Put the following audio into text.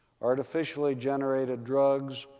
artificially generated drugs,